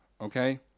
okay